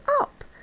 up